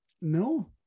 No